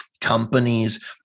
companies